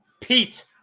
Pete